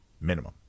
Minimum